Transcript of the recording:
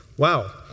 Wow